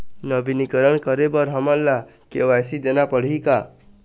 नवीनीकरण करे बर हमन ला के.वाई.सी देना पड़ही का?